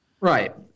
Right